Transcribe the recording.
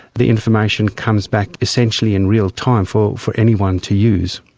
the information comes back essentially in real time for for anyone to use.